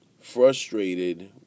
frustrated